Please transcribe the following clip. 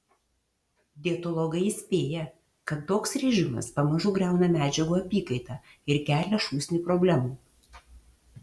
dietologai įspėja kad toks režimas pamažu griauna medžiagų apykaitą ir kelią šūsnį problemų